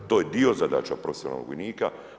To je dio zadaća profesionalnog vojnika.